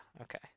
okay